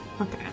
Okay